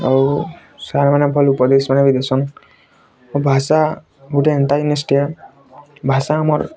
ଆଉ ସାର୍ ମାନେ ଭଲ ଉପଦେଶ ଭଳିଆ ଦେସନ୍ ଭାଷା ଗୋଟେ ଏନ୍ତା ଜିନିଷ୍ଟେ ଭାଷା ଆମର